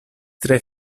tre